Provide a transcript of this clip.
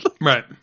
right